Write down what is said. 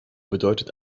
bedeutet